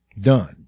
Done